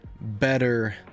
better